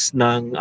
ng